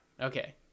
okay